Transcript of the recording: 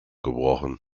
gebrochen